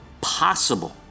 possible